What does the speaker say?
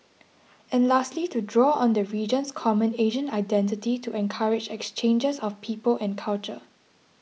and lastly to draw on the region's common Asian identity to encourage exchanges of people and culture